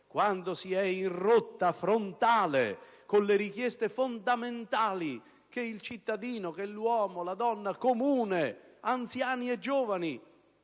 quando si è in rotta frontale con le richieste fondamentali che il cittadino, l'uomo e la donna comune, anziani e giovani,